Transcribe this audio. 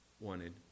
wanted